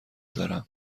دارم